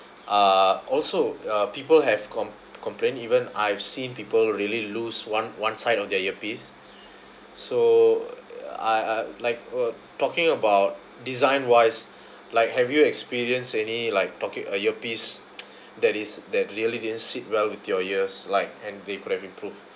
are also uh people have com~ complain even I've seen people really lose one one side of their earpiece so uh uh like wha~ talking about design wise like have you experienced any like talking uh earpiece that is that really didn't sit well with your ears like and they could have improved